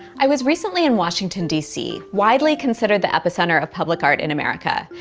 i was recently in washington, dc, widely considered the epicenter of public art in america.